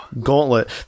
gauntlet